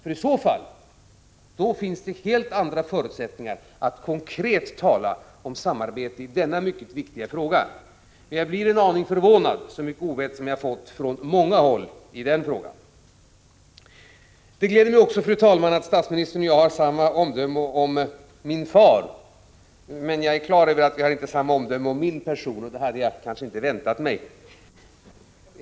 Om så är fallet, finns det helt andra förutsättningar att konkret tala om samarbete i denna mycket viktiga fråga. Men jag blir en aning förvånad, med tanke på hur mycket ovett som jag har fått, från många håll, när det gäller just arbetsmarknadens parter och deras ansvarstagande. Det gläder mig, fru talman, att statsministern och jag har samma omdöme om min far. Men jag är på det klara med att vi inte har samma omdöme om min person, och det hade jag kanske inte väntat mig.